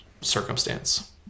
circumstance